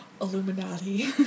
Illuminati